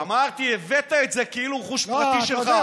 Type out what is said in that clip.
לא, אמרתי הבאת את זה כאילו זה רכוש פרטי שלך.